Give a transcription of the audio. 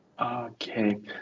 okay